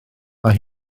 mae